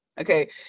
okay